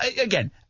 again